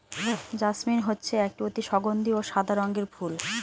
jasmine হচ্ছে একটি অতি সগন্ধি ও সাদা রঙের ফুল